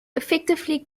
effectively